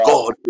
God